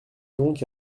donc